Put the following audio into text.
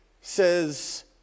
says